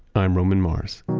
i'm roman mars